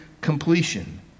completion